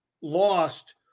lost